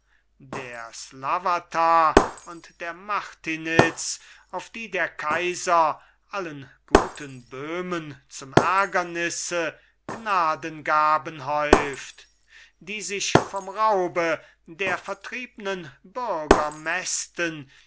der slawata und der martinitz auf die der kaiser allen guten böhmen zum ärgernisse gnadengaben häuft die sich vom raube der vertriebnen bürger mästen